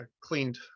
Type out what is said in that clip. cleaned